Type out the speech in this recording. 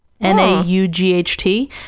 n-a-u-g-h-t